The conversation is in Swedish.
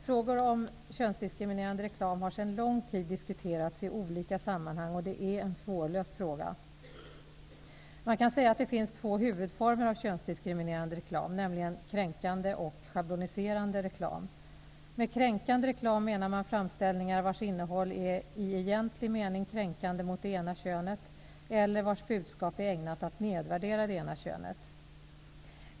Frågor om könsdiskriminerande reklam har sedan lång tid diskuterats i olika sammanhang. Det är en svårlöst fråga. Man kan säga att det finns två huvudformer av könsdiskriminerande reklam, nämligen kränkande och schabloniserande reklam. Med kränkande reklam menar man framställningar vars innehåll är i egentlig mening kränkande mot det ena könet eller vars budskap är ägnat att nedvärdera det ena könet.